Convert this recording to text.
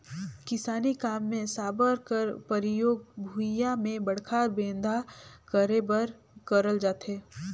किसानी काम मे साबर कर परियोग भुईया मे बड़खा बेंधा करे बर करल जाथे